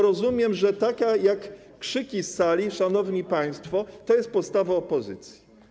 Rozumiem, że krzyki z sali, szanowni państwo, to jest postawa opozycji.